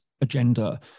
agenda